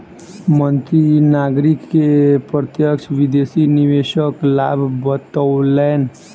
मंत्री नागरिक के प्रत्यक्ष विदेशी निवेशक लाभ बतौलैन